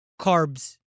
carbs